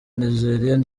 nigeria